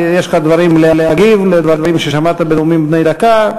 יש לך דברים להגיב לדברים ששמעת בנאומים בני דקה?